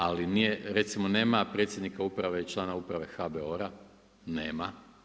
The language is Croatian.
Ali recimo nema predsjednika uprave i člana Uprave HBOR-a, nema.